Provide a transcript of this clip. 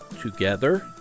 together